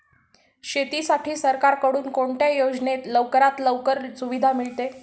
शेतीसाठी सरकारकडून कोणत्या योजनेत लवकरात लवकर सुविधा मिळते?